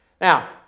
Now